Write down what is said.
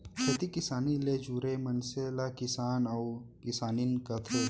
खेती किसानी ले जुरे मनसे ल किसान अउ किसानिन कथें